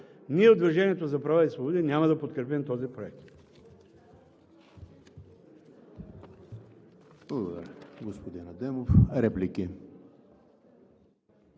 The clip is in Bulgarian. ние от „Движението за права и свободи“ няма да подкрепим този проект.